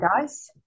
guys